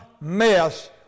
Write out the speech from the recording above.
mess